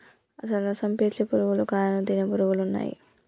అసలు రసం పీల్చే పురుగులు కాయను తినే పురుగులు ఉన్నయ్యి